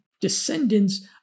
descendants